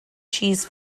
cheese